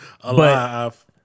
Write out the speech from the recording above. Alive